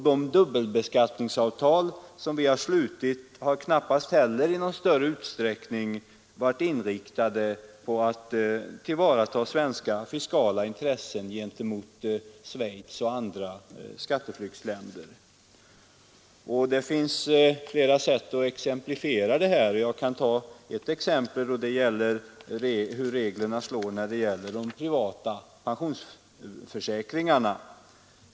De dubbelbeskattningsavtal som vi slutit har knappast heller i någon större utsträckning varit inriktade på att tillvarata svenska fiskala intressen gentemot Schweiz och andra skatteflyktsländer. Det finns flera sätt att exemplifiera detta förhållande. Jag kan ta ett exempel som visar hur reglerna slår när det gäller de privata pensionsförsäkringarna.